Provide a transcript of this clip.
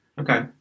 Okay